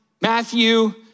Matthew